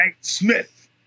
Smith